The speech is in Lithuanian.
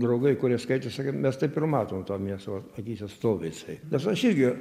draugai kurie skaitė sakė mes taip ir matom tą miestą akyse stovi jisai aš irgi